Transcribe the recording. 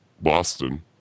boston